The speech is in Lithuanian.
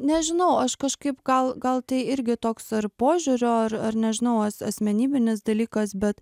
nežinau aš kažkaip gal gal tai irgi toks ar požiūrio ar ar nežinau as asmenybinis dalykas bet